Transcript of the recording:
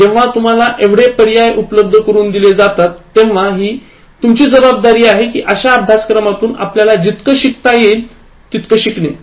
जेव्हा तुम्हाला एवढे पर्याय उपलब्ध करून दिले जातात तेव्हा हि तुमची जबाबदारी आहे कि अश्या अभ्यासक्रमातून आपल्याला जितकं शिकता येईल तितकं शिकणे